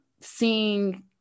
seeing